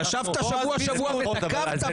ישבת שבוע-שבוע ותקפת,